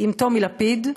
עם טומי לפיד,